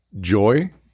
joy